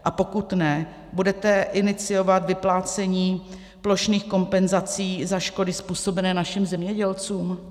A pokud ne, budete iniciovat vyplácení plošných kompenzací za škody způsobené našim zemědělcům?